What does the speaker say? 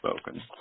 spoken